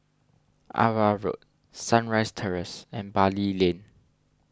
Ava Road Sunrise Terrace and Bali Lane